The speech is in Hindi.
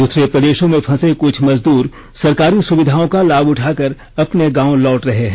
दूसरे प्रदेशों में फंसे कुछ मजदूर सरकारी सुविधाओं का लाभ उठाकर अपने गांव लौट रहे हैं